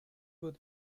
would